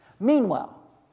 Meanwhile